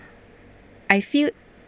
I feel